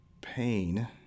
pain